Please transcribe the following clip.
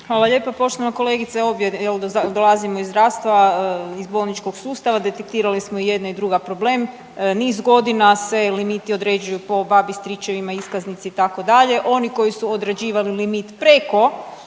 Hvala lijepa. Poštovana kolegice, obje dolazimo iz zdravstva iz bolničkog sustava detektirali smo i jedna i druga problem, niz godina se limiti određuju po babi, stričevima, iskaznici itd. oni koji su odrađivali limit preko